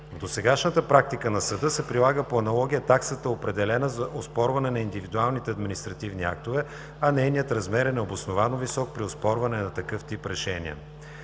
досегашната практика на съда се прилага по аналогия таксата, определена за оспорване на индивидуалните административни актове, а нейният размер е необосновано висок при оспорване на такъв тип решения.